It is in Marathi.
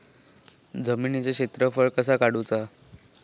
जमिनीचो क्षेत्रफळ कसा काढुचा?